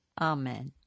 Amen